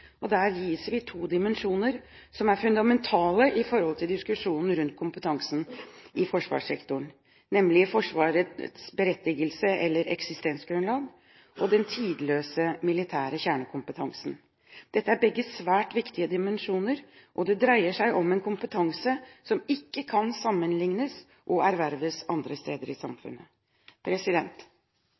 og kompetanse, og der gis vi to dimensjoner som er fundamentale for diskusjonen rundt kompetansen i forsvarssektoren, nemlig Forsvarets berettigelse eller eksistensgrunnlag og den tidløse militære kjernekompetansen. Dette er begge svært viktige dimensjoner, og det dreier seg om en kompetanse som ikke kan sammenlignes og erverves andre steder i samfunnet.